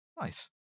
Nice